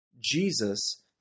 Jesus